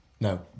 No